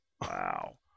Wow